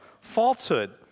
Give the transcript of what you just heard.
Falsehood